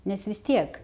nes vis tiek